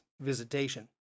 visitation